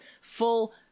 full